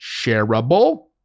shareable